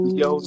yo